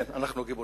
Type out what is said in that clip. כן, אנחנו גיבורים.